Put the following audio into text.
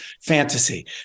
fantasy